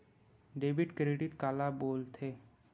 Debit credit काला बोल थे?